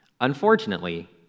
Unfortunately